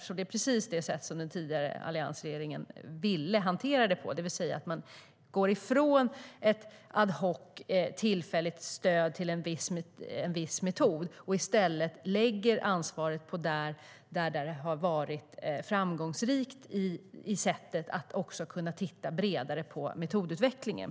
Det är ju precis det sätt som den tidigare alliansregeringen ville hantera det på, det vill säga att man går ifrån ett ad hoc tillfälligt stöd till en viss metod och i stället lägger ansvaret på de ställen där man har varit framgångsrik i sitt sätt att kunna titta bredare på metodutvecklingen.